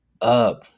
up